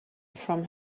from